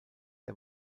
der